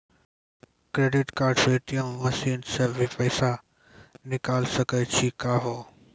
Credit card से ATM machine से भी पैसा निकल सकै छि का हो?